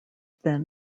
then